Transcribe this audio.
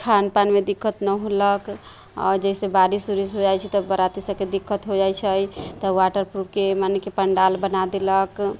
खानपानमे दिक्कत नहि होलक आ जइसे बारिश ओरिश हो जाइत छै तऽ बराती सभकेँ दिक्कत हो जाइत छै तऽ वॉटर प्रूफके मने कि पण्डाल बना देलक